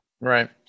Right